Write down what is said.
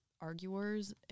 arguers